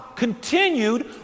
continued